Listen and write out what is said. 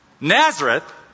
Nazareth